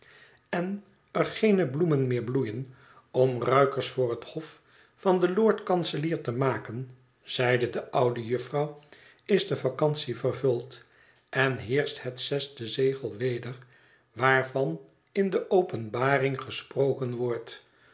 en er geene bloemen meer bloeien om ruikers voor het hof van den lord-kanselier te maken zeide de oude jufvrouw is de vacantie vervuld en heerscht hét zesde zegel weder waarvan in de openbaring gesproken wordt